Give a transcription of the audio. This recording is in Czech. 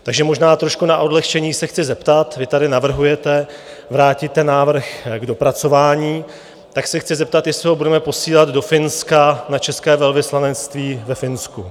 Takže možná trošku na odlehčení se chci zeptat: Vy tady navrhujete vrátit ten návrh k dopracování, tak se chci zeptat, jestli ho budeme posílat do Finska, na České velvyslanectví ve Finsku?